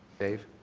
dave?